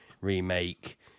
remake